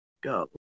Go